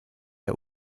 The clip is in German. der